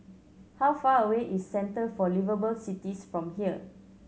how far away is Centre for Liveable Cities from here